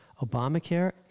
Obamacare